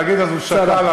להגיד: אז הוא שקל,